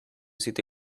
city